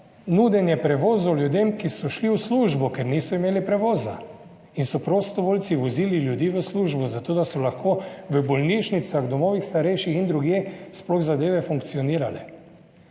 nudenje prevozov ljudem, ki so šli v službo, ker niso imeli prevoza in so prostovoljci vozili ljudi v službo zato, da so lahko v bolnišnicah, domovih starejših in drugje sploh zadeve funkcionirale.